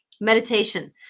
meditation